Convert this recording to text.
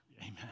amen